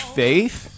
faith